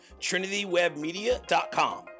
TrinityWebMedia.com